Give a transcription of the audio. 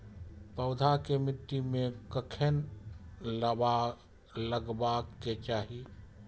पौधा के मिट्टी में कखेन लगबाके चाहि?